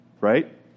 right